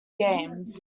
games